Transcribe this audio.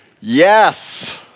Yes